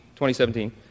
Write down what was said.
2017